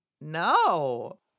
No